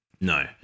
No